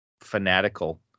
fanatical